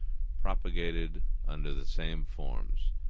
propagated under the same forms.